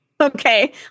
Okay